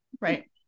right